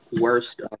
worst